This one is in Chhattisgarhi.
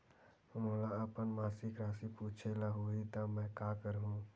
मोला अपन मासिक राशि पूछे ल होही त मैं का करहु?